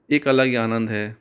एक अलग ही आनंद है